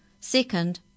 Second